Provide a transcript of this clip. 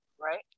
Right